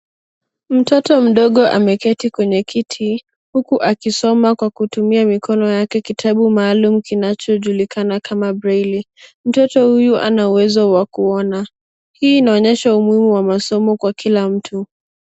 Mtoto mdogo ameketi kwenye kiti huku akisoma kwa kutumia mikono yake kitabu maalum kinachojulikana kama breli. Mtoto huyu hana uwezo wa kuona. Hii inaonyesha umuhimu wa masomo kwa kila mtu.